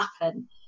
happen